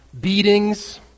beatings